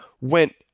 went